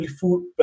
food